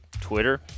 Twitter